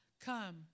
Come